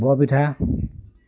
বৰ পিঠা